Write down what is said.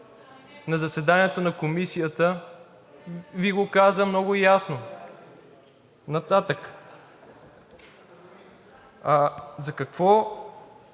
на заседанието на Комисията Ви го каза много ясно. Нататък. За какво